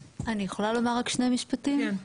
אני יכולה לומר שני משפטים?